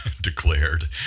declared